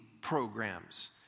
programs